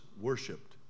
worshipped